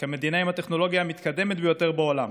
כמדינה עם הטכנולוגיות המתקדמות ביותר בעולם,